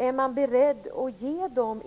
Är man beredd att ge dem